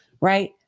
right